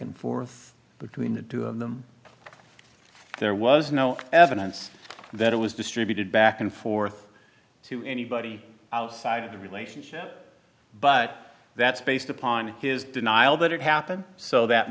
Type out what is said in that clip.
and forth between the two of them there was no evidence that it was distributed back and forth to anybody outside of the relationship but that's based upon his denial that it happened so that